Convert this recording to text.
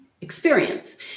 experience